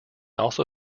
also